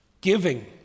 Giving